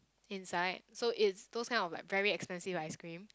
inside so it's those kind of very expensive ice-cream